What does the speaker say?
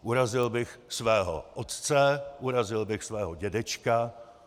Urazil bych svého otce, urazil bych svého dědečka.